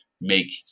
make